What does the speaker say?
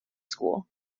school